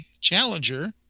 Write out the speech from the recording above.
Challenger